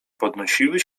podnosiły